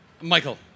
Michael